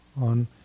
on